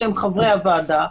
שהם חברי הוועדה,